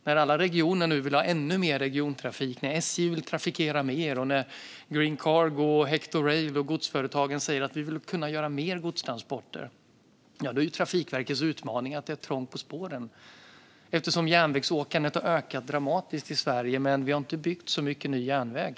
När alla regioner vill ha ännu mer regiontrafik, SJ vill trafikera med Green Cargo och Hector Rail, och godsföretagen säger att de vill utföra fler godstransporter, är Trafikverkets utmaning att det är trångt på spåren eftersom järnvägsåkandet har ökat dramatiskt i Sverige. Men det har inte byggts så mycket ny järnväg.